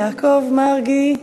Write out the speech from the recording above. יעקב מרגי?